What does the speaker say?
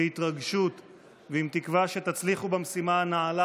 בהתרגשות ועם תקווה שתצליחו במשימה הנעלה